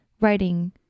writing